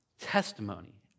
testimony